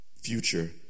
future